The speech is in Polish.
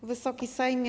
Wysoki Sejmie!